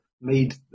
made